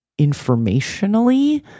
informationally